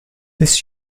this